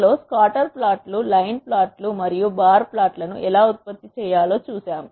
లో స్కాటర్ ప్లాట్లు లైన్ ప్లాట్లు మరియు బార్ ప్లాట్లను ఎలా ఉత్పత్తి చేయాలో చూశాము